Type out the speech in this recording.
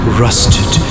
rusted